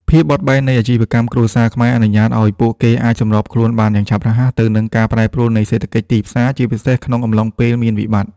ភាពបត់បែននៃអាជីវកម្មគ្រួសារខ្មែរអនុញ្ញាតឱ្យពួកគេអាចសម្របខ្លួនបានយ៉ាងឆាប់រហ័សទៅនឹងការប្រែប្រួលនៃសេដ្ឋកិច្ចទីផ្សារ ជាពិសេសក្នុងអំឡុងពេលមានវិបត្តិ។